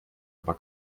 aber